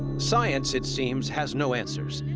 science, it seems, has no answers.